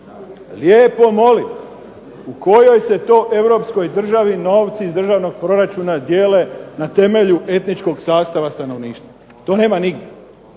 Lijepo molim u kojoj se to Europskoj državi novci iz državnoga proračuna dijele na temelju etničkog sastava stanovništva, to nema nigdje.